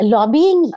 Lobbying